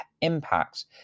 impacts